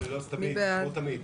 כמו תמיד.